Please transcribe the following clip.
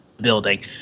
building